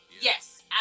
Yes